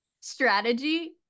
strategy